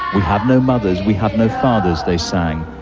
have no mothers, we have no fathers they sang,